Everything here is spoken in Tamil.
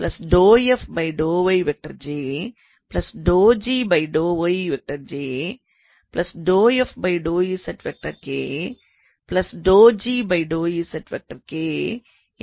இது என்றாகும்